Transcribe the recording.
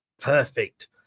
Perfect